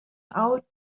out